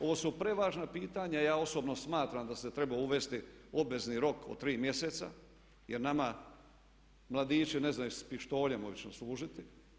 Ovu su prevažna pitanja, ja osobno smatram da se treba uvesti obvezni rok od 3 mjeseca jer nama mladići ne znaju s pištoljem obično služiti.